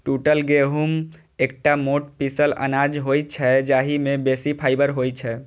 टूटल गहूम एकटा मोट पीसल अनाज होइ छै, जाहि मे बेसी फाइबर होइ छै